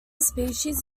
species